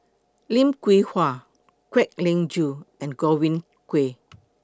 Lim Hwee Hua Kwek Leng Joo and Godwin Koay